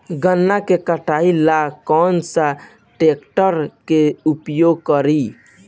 गन्ना के कटाई ला कौन सा ट्रैकटर के उपयोग करी?